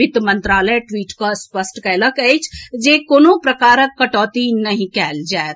वित्त मंत्रालय ट्वीट कऽ स्पष्ट कएलक अछि जे कोनो प्रकारक कटौती नहि कएल जाएत